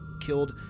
killed